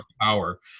power